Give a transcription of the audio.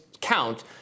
count